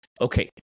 Okay